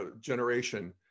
generation